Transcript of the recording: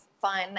fun